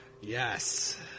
yes